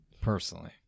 Personally